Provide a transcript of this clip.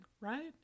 right